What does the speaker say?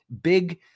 big